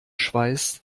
schweiß